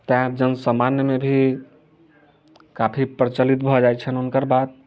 तऽ जन सामान्य मे भी काफी प्रचलित भऽ जाइ छनि हुनकर बात